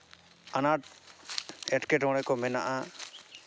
ᱟᱱᱟᱴ ᱮᱴᱠᱮᱴᱚᱬᱮ ᱠᱚ ᱢᱮᱱᱟᱜᱼᱟ